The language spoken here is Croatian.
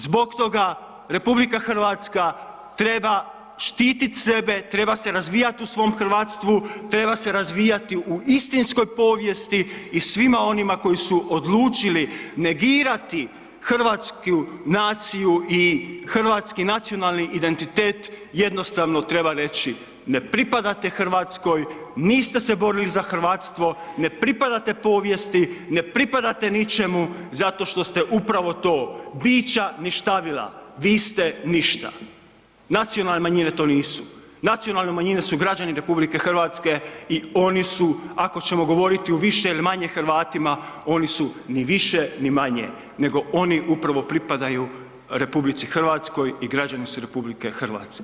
Zbog toga RH treba štitit sebe, treba se razvijat u svom hrvatstvu, treba se razvijati u istinskoj povijesti i svima onima koji su odlučili negirati hrvatsku naciju i hrvatski nacionalni identitet, jednostavno treba reći „ne pripadate Hrvatskoj, niste se borili za hrvatstvo, ne pripadate povijesti, ne pripadate ničemu zato što ste upravo, bića ništavila, vi ste ništa.“ Nacionalne manjine to nisu, nacionalne manjine su građani RH i oni su ako ćemo govoriti u više ili manje Hrvatima, oni su ni više ni manje nego oni upravo pripadaju RH i građani su RH.